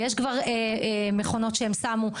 ויש כבר מכונות שהן שמו.